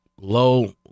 low